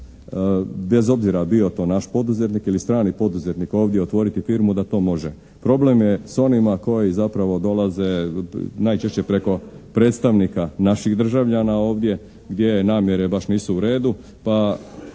bez obzira bio to naš poduzetnik ili strani poduzetnik ovdje otvoriti firmu da to može. Problem je s onima koji zapravo dolaze najčešće preko predstavnika, naših državljana, ovdje gdje namjere baš nisu u redu.